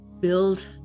build